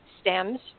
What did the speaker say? stems